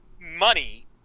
money